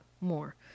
more